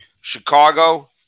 Chicago